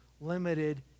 limited